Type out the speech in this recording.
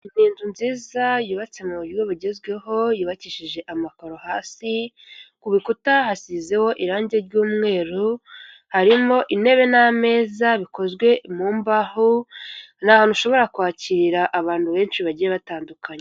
Inzu nziza yubatse mu buryo bugezweho yubakishije amakoro hasi ku bikuta hasizeho irangi ry'umweru harimo intebe n'ameza bikozwe mu mbaho, ni ahantu ushobora kwakira abantu benshi bagiye batandukanye.